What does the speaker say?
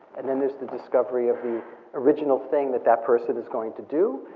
and then there's the discovery of the original thing that that person is going to do,